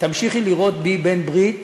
תמשיכי לראות בי בעל-ברית,